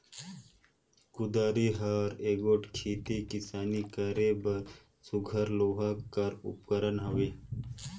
कुदारी हर एगोट खेती किसानी करे बर सुग्घर लोहा कर उपकरन हवे